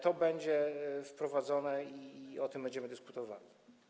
To będzie wprowadzone i o tym będziemy dyskutowali.